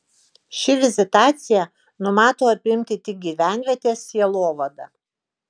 ši vizitacija numato apimti tik gyvenvietės sielovadą